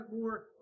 more